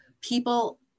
people